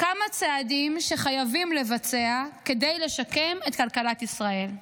כמה צעדים שחייבים לבצע כדי לשקם את כלכלת ישראל.